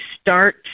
start